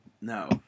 No